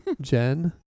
Jen